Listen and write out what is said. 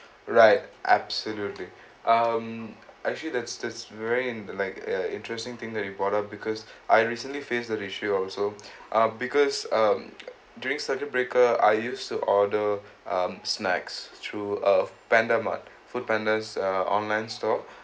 right absolutely um actually that's that's very in~ like ya interesting thing that you brought up because I recently face the issue also uh because um during circuit breaker I used to order um snacks through uh PandaMart Foodpanda uh online store